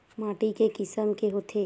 माटी के किसम के होथे?